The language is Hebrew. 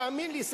תאמין לי,